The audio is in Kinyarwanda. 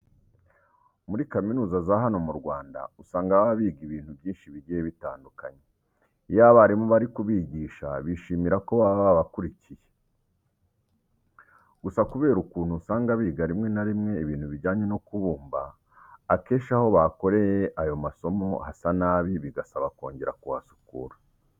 Muri kaminuza za hano mu Rwanda usanga baba biga ibintu byinshi bigiye bitandukanye. Iyo abarimu bari kubigisha bishimira ko baba babakurikiye. Gusa kubera ukuntu usanga biga rimwe na rimwe ibintu bijyanye no kubumba, akenshi aho bakoreye ayo masomo hasa nabi bigasaba kongera kuhasukura.